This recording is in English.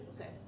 okay